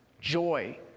joy